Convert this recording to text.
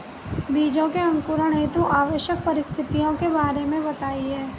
बीजों के अंकुरण हेतु आवश्यक परिस्थितियों के बारे में बताइए